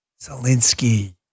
Zelensky